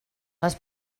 les